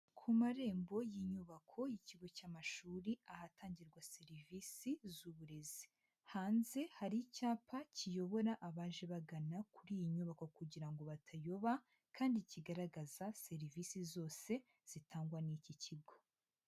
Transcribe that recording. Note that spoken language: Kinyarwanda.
Ku marembo y'inyubako y'ikigo cy' amashuri ahatangirwa serivisi z'uburezi, hanze hari icyapa kiyobora abaje bagana kuri iyi nyubako kugira ngo batayoba kandi kigaragaza serivisi zose zitangwa n'iki kigo.